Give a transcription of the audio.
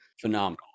phenomenal